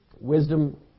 Wisdom